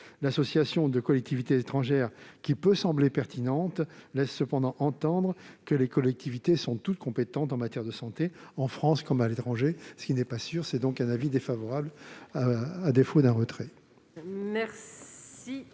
y associer les collectivités étrangères, ce qui peut sembler pertinent, laisse cependant entendre que les collectivités sont toutes compétentes en matière de santé, en France comme à l'étranger, ce qui n'est pas sûr. Par conséquent, la commission demande le retrait